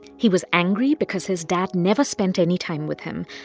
he was angry because his dad never spent any time with him.